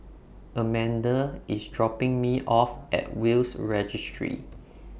Amanda IS dropping Me off At Will's Registry